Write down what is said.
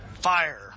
fire